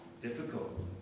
Difficult